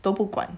都不管